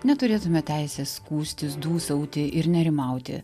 neturėtume teisės skųstis dūsauti ir nerimauti